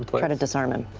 but try to disarm and